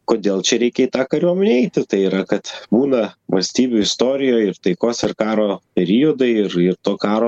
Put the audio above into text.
kodėl čia reikia į tą kariuomenę eiti tai yra kad būna valstybių istorijoj ir taikos ir karo periodai ir ir to karo